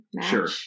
sure